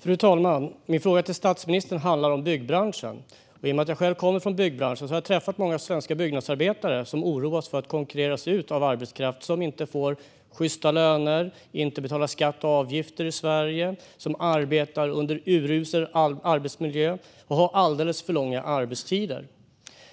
Fru talman! Min fråga till statsministern handlar om byggbranschen. I och med att jag själv kommer från byggbranschen har jag träffat många svenska byggnadsarbetare som oroar sig för att konkurreras ut av arbetskraft som inte får sjysta löner, inte betalar skatt och avgifter i Sverige och arbetar i urusel arbetsmiljö och har alldeles för lång arbetstid.